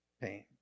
pain